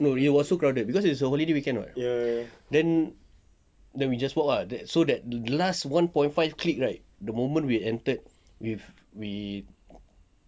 no it was so crowded cause it's already weekend [what] then then we just walk ah so that the last one point five click right the moment we entered with we